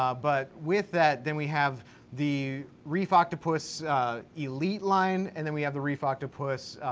um but with that, then we have the reef octopus elite line, and then we have the reef octopus,